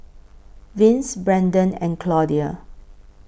Vince Brenden and Claudia